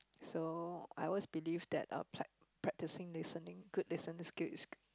so I always believe that uh prac~ practicing listening good listening skill is